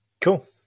Cool